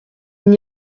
n’y